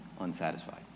unsatisfied